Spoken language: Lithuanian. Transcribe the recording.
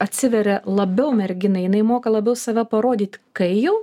atsiveria labiau merginai jinai moka labiau save parodyti kai jau